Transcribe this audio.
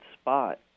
spot